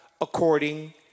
according